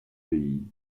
pays